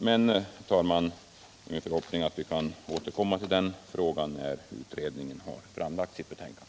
Det är nu min förhoppning att vi kan återkomma till den frågan när utredningen framlagt sitt betänkande.